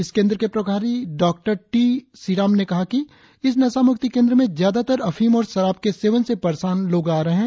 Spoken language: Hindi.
इस केंद्र के प्रभारी डॉ टी सिराम ने कहा कि इस नशा मुक्ति केंद्र में ज्यादातर अफीम और शराब के सेवन से परेशान लोग आ रहे हैं